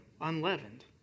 unleavened